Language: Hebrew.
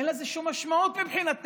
אין לזה שום משמעות מבחינתם,